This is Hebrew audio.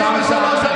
ראינו מה עשיתם 73 שנה,